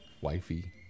Wifey